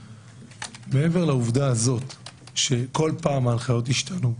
מעבר לעובדה הזו שכל פעם ההנחיות השתנו,